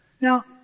Now